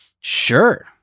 sure